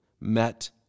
met